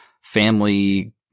family